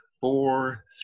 four